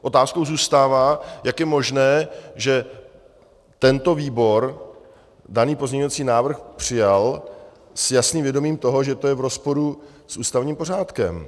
Otázkou zůstává, jak je možné, že tento výbor daný pozměňovací návrh přijal s jasným vědomím toho, že je to v rozporu s ústavním pořádkem.